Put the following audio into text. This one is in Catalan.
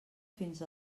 fins